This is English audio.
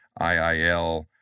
IIL